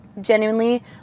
genuinely